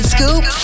Scoop